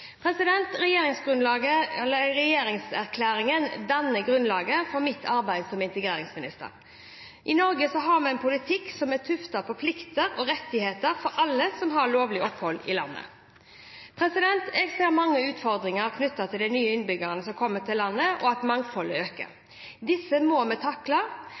Regjeringserklæringen danner grunnlag for mitt arbeid som integreringsminister. Norge har en politikk som er tuftet på like plikter og rettigheter for alle som har lovlig opphold i landet. Jeg ser mange utfordringer knyttet til at nye innbyggere kommer til landet og at mangfoldet øker. Disse må vi takle.